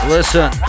Listen